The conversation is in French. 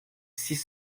six